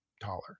taller